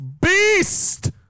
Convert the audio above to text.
beast